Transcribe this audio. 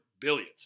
billions